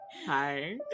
hi